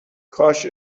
کاش